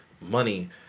money